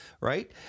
right